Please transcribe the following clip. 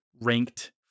ranked